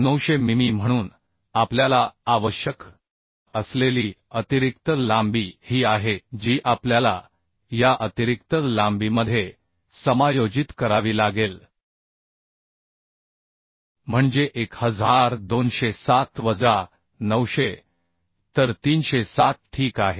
900 मिमी म्हणून आपल्याला आवश्यक असलेली अतिरिक्त लांबी ही आहे जी आपल्याला या अतिरिक्त लांबीमध्ये समायोजित करावी लागेल म्हणजे 1207 वजा 900 तर 307 ठीक आहे